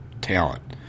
talent